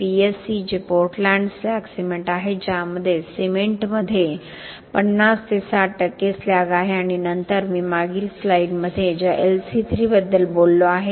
PSC जे Portland slag cement आहे ज्यामध्ये सिमेंटमध्ये 50 ते 60 टक्के स्लॅग आहे आणि नंतर मी मागील स्लाइडमध्ये ज्या LC3बद्दल बोललो आहे